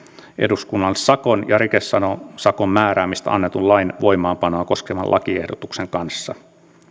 eduskunnalle sakon ja rikesakon määräämisestä annetun lain voimaanpanoa koskevan lakiehdotuksen kanssa